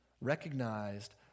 recognized